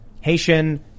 Haitian